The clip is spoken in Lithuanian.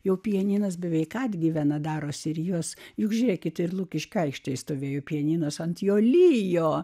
jau pianinas beveik atgyvena darosi ir juos juk žiūrėkit ir lukiškių aikštėje stovėjo pianinas ant jo lijo